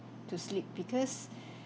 to sleep because